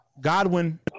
Godwin